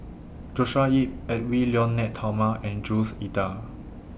Joshua Ip Edwy Lyonet Talma and Jules Itier